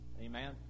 Amen